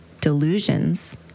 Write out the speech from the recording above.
delusions